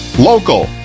local